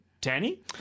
Danny